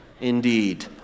Indeed